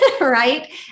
right